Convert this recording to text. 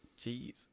Jeez